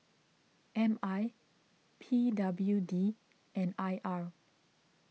M I P W D and I R